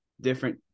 different